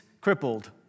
crippled